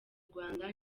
rwanda